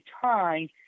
time